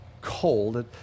cold